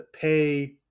pay